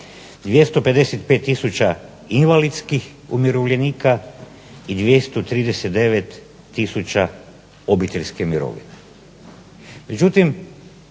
255000 invalidskih umirovljenika i 239000 obiteljske mirovine.